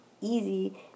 easy